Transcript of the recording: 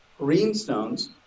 Greenstones